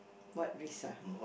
what risk ah